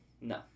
No